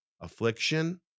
affliction